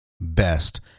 best